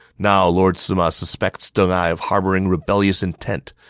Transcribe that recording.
now, lord sima suspects deng ai of harboring rebellious intent,